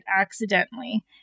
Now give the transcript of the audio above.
accidentally